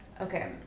Okay